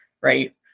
right